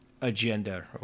agenda